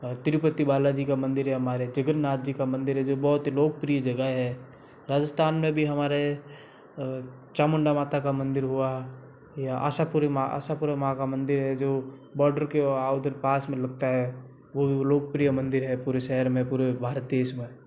तिरुपति बालाजी का मंदिर है हमारे जगन्नाथ जी का मंदिर जो बहुत ही लोकप्रिय जगहें हैं राजस्थान में भी हमारे चामुंडा माता का मंदिर हुआ या आशापुरी माँ आशापुरा माँ का मंदिर है जो बॉर्डर के उधर पास में लगता है वो लोकप्रिय मंदिर है पूरे शहर में पूरे भारत देश में